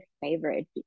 favorite